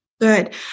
Good